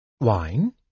Wine